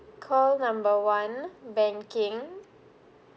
call number one banking